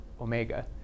omega